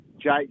Jake